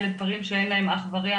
אלה דברים שאין להם אח ורע,